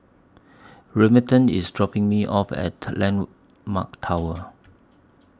Remington IS dropping Me off At Landmark Tower